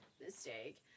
mistake